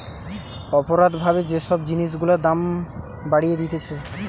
অপরাধ ভাবে যে সব জিনিস গুলার দাম বাড়িয়ে দিতেছে